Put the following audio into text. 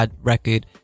record